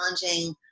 challenging